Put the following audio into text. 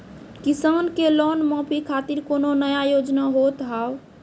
किसान के लोन माफी खातिर कोनो नया योजना होत हाव?